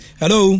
hello